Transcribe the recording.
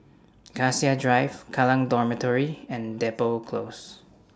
Cassia Drive Kallang Dormitory and Depot Close